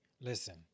Listen